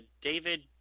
David